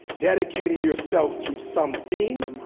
dedicating yourself to something